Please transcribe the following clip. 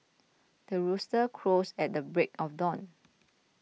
the rooster crows at the break of dawn